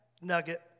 nugget